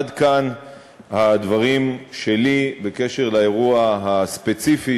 עד כאן הדברים שלי בקשר לאירוע הספציפי